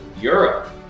Europe